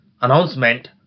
announcement